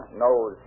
knows